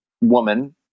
woman